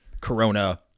Corona